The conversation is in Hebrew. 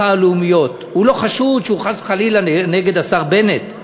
הלאומיות" הוא לא חשוד שהוא חס וחלילה נגד השר בנט.